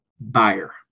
buyer